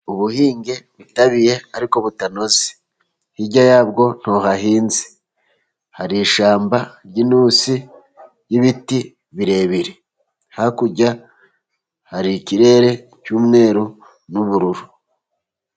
Ubuhinge butabiye ariko butanoze. Hirya yabwo ntihahinze. Hari ishyamba ry'intusi ry'ibiti birebire. Hakurya hari ikirere cy'umweru n'ubururu.